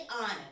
honor